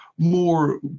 more